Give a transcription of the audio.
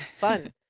fun